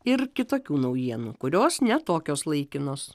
ir kitokių naujienų kurios ne tokios laikinos